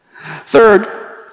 Third